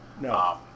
No